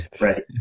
right